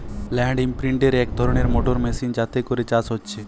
land ইমপ্রিন্টের এক ধরণের মোটর মেশিন যাতে করে চাষ হচ্ছে